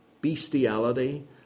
bestiality